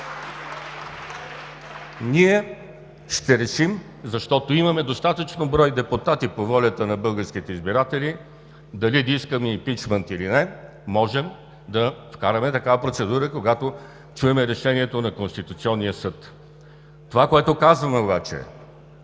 Ние ще решим, защото имаме достатъчно брой депутати по волята на българските избиратели, дали да искаме импийчмънт или не. Можем да вкараме такава процедура, когато чуем решението на Конституционния съд. Това, което казваме обаче: